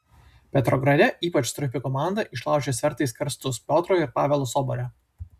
petrograde ypač stropi komanda išlaužė svertais karstus piotro ir pavelo sobore